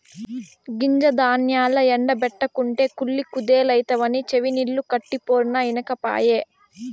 గింజ ధాన్యాల్ల ఎండ బెట్టకుంటే కుళ్ళి కుదేలైతవని చెవినిల్లు కట్టిపోరినా ఇనకపాయె